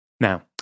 Now